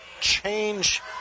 change